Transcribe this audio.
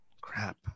crap